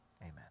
amen